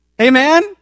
Amen